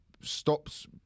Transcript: stops